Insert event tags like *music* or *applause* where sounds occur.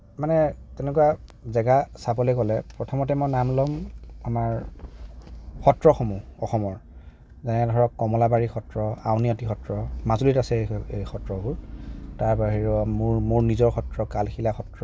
মানে তেনেকুৱা জেগা চাবলৈ গ'লে প্ৰথমতে মই নাম ল'ম আমাৰ সত্ৰসমূহ অসমৰ যেনে ধৰক কমলাবাৰী সত্ৰ আউনীআটী সত্ৰ মাজুলীত আছে *unintelligible* এই সত্ৰবোৰ তাৰ বাহিৰেও মোৰ মোৰ নিজৰ সত্ৰ কালশীলা সত্ৰ